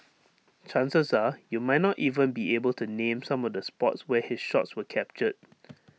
chances are you might not even be able to name some of the spots where his shots were captured